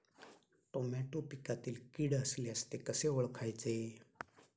Tomato पिकातील कीड असल्यास ते कसे ओळखायचे?